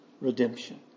redemption